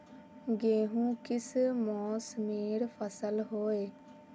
गेहूँ किस मौसमेर फसल होय?